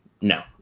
No